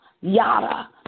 yada